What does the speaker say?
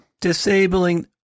Disabling